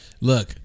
look